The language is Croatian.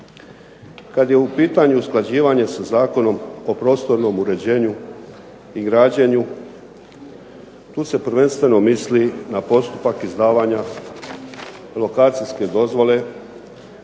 Kad je u pitanju usklađivanje sa Zakonom o prostornom uređenju i građenju, tu se prvenstveno misli na postupak izdavanja lokacijske dozvole,